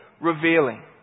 revealing